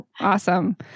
Awesome